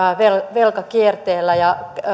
velkakierteellä ja